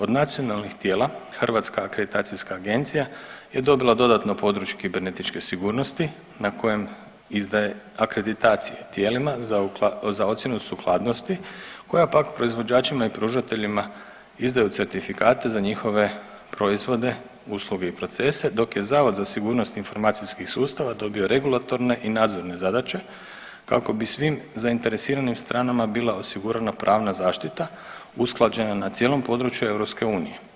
Od nacionalnih tijela Hrvatska akreditacijska agencija je dobila dodatno područje kibernetičke sigurnosti na kojem izdaje akreditacije tijelima za ocjenu sukladnosti koja pak proizvođačima i pružateljima izdaju certifikate za njihove proizvode, usluge i procese dok je Zavod za sigurnost informacijskih sustava dobio regulatorne i nadzorne zadaće kako bi svim zainteresiranim stranama bila osigurana pravna zaštita usklađena na cijelom području EU.